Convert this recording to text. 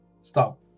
stop